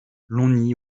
longny